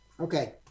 Okay